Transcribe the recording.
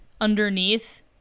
underneath